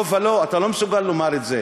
לא ולא, אתה לא מסוגל לומר את זה.